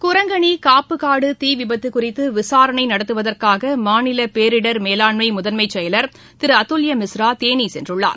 குரங்கணி காப்புக்காடு தீ விபத்து குறித்து விசாரணை நடத்துவதற்காக மாநில பேரிடர் மேலாண்மை முதன்மை செயலர் திரு அதுல்ய மிஸ்ரா தேனி சென்றுள்ளார்